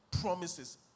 promises